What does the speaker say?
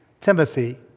Timothy